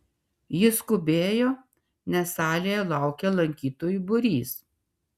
jis skubėjo nes salėje laukė lankytojų būrys